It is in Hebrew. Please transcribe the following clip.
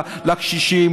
לקשישים,